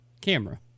camera